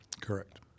correct